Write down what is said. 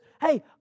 hey